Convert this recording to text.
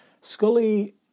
Scully